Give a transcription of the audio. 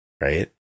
Right